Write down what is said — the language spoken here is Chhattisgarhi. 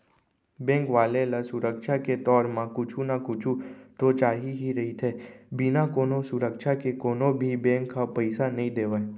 बेंक वाले ल सुरक्छा के तौर म कुछु न कुछु तो चाही ही रहिथे, बिना कोनो सुरक्छा के कोनो भी बेंक ह पइसा नइ देवय